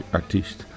artiest